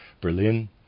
Berlin